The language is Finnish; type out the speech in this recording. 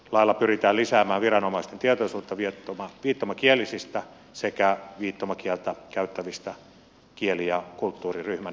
lailla pyritään lisäämään viranomaisten tietoisuutta viittomakielisistä sekä viittomakieltä käyttävistä kieli ja kulttuuriryhmänä